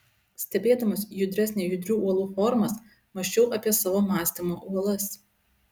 stebėdamas judrias nejudrių uolų formas mąsčiau apie savo mąstymo uolas